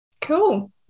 Cool